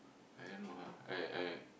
I am what I am I am